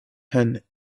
hand